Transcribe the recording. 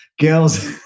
girls